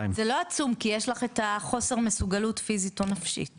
זה לא עצום כי יש לך את החוסר מסוגלות פיזית או נפשית.